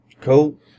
Cool